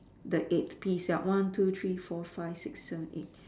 the eighth piece ya one two three four five six seven eight